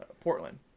Portland